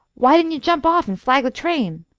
why didn't you jump off and flag the train?